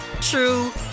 true